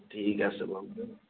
ঠিক আছে বাৰু দিয়ক